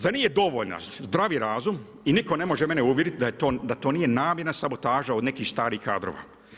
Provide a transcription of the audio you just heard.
Zar nije dovoljan zdravi razum i nitko ne može mene uvjeriti da to nije namjerna sabotaža od nekih starih kadrova?